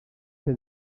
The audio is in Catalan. que